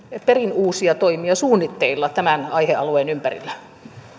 perin uusia toimia suunnitteilla tämän aihealueen ympärillä